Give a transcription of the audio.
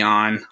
on